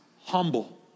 humble